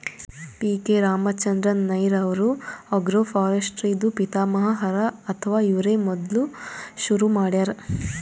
P K Ramachandran Nair ಅವ್ರು agroforestry ದೂ ಪಿತಾಮಹ ಹರಾ ಅಥವಾ ಇವ್ರೇ ಮೊದ್ಲ್ ಶುರು ಮಾಡ್ಯಾರ್